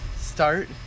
start